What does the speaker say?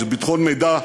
של ביטחון מידע,